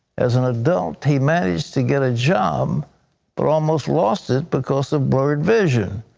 as an adult he managed to get a job but almost lost it because of blurred vision.